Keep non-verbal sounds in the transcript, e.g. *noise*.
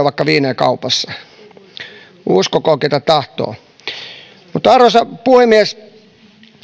*unintelligible* vaikka viinejä kaupassa uskokoon ken tahtoo arvoisa puhemies